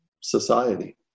society